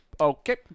okay